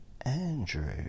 Andrew